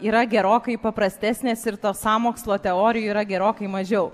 yra gerokai paprastesnės ir to sąmokslo teorijų yra gerokai mažiau